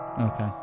Okay